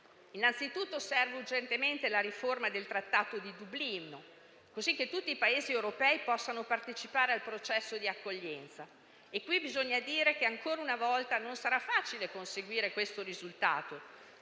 Innanzitutto serve urgentemente la riforma del Trattato di Dublino, cosicché tutti i Paesi europei possano partecipare al processo di accoglienza. Qui bisogna dire che, ancora una volta, non sarà facile conseguire questo risultato,